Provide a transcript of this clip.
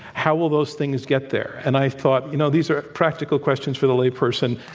how will those things get there? and i thought, you know, these are practical questions for the layperson.